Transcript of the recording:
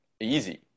easy